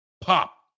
Pop